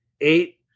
eight